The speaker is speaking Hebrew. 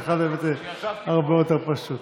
אצלך זה באמת הרבה יותר פשוט.